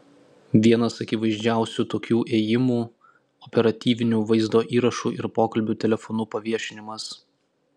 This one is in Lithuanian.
vienas akivaizdžiausių tokių ėjimų operatyvinių vaizdo įrašų ir pokalbių telefonu paviešinimas